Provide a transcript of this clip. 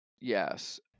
Yes